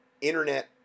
internet